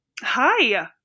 Hi